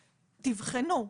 תבחנו,